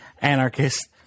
anarchist